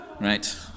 Right